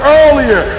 earlier